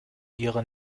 ihrer